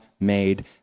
Made